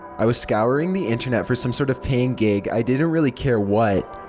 i was scouring the internet for some sort of paying gig, i didn't really care what.